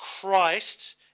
Christ